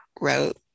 wrote